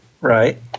Right